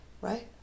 right